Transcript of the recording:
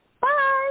Bye